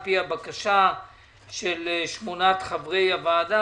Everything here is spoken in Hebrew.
על-פי הבקשה של שמונת חברי הוועדה,